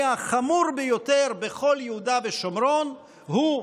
החמור ביותר בכל יהודה ושומרון הוא,